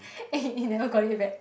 eh you never got it back